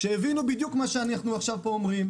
שכבר הבינו בדיוק את מה שאנחנו אומרים פה.